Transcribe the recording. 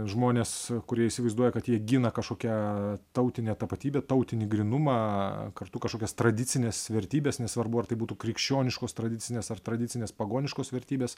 žmonės kurie įsivaizduoja kad jie gina kažkokią tautinę tapatybę tautinį grynumą kartu kažkokias tradicines vertybes nesvarbu ar tai būtų krikščioniškos tradicinės ar tradicinės pagoniškos vertybės